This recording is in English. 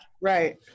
Right